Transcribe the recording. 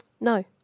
No